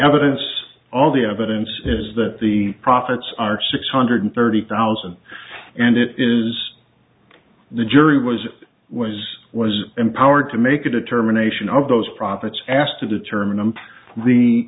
evidence all the evidence is that the profits are six hundred thirty thousand and it is the jury was was was empowered to make a determination of those profits asked to determine i'm the